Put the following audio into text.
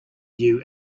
new